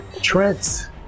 Trent